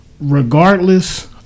Regardless